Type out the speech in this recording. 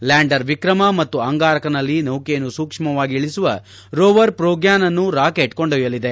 lander Vikram ಮತ್ತು ಅಂಗಾರಕನಲ್ಲಿ ನೌಕೆಯನ್ನು ಸೂಕ್ಷ್ಮವಾಗಿ ಇಳಿಸುವ ರೋವರ್ ಪ್ರೋಗ್ಯಾನ್ ಅನ್ನು ರಾಕೆಟ್ ಕೊಂಡೊಯ್ನಲಿದೆ